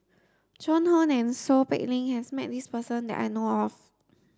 Joan Hon and Seow Peck Leng has met this person that I know of